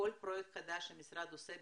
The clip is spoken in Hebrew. כל פרויקט חדש שמשרד עושה,